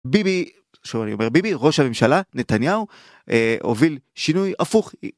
ביבי... שוב אני אומר ביבי... ראש הממשלה נתניהו אה... הוביל שינוי הפוך.